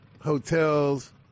hotels